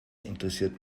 interessiert